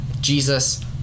Jesus